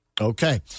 Okay